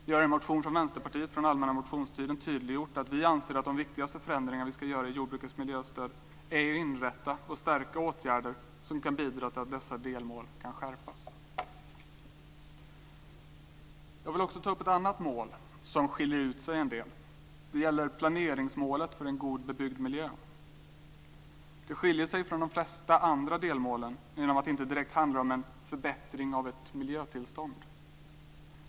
Vi har i en motion från Västerpartiet från den allmänna motionstiden tydliggjort att vi anser att de viktigaste förändringar vi ska göra i jordbrukets miljöstöd är att inrätta och stärka åtgärder som kan bidra till att dessa delmål kan skärpas. Jag vill också ta upp ett annat mål som skiljer ut sig en del. Det gäller planeringsmålet för en god bebyggd miljö. Det skiljer sig från de flesta andra delmålen genom att det inte direkt handlar om en förbättring av ett miljötillstånd.